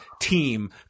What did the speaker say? team